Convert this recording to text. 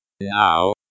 Now